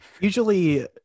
Usually